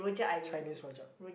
Chinese rojak